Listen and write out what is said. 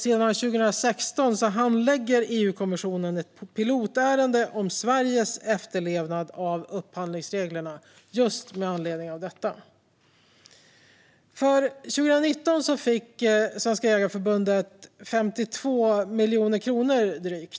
Sedan 2016 handlägger EU-kommissionen ett pilotärende om Sveriges efterlevnad av upphandlingsreglerna just med anledning av detta. Svenska Jägareförbundet fick för 2019 drygt 52 miljoner kronor.